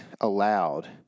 aloud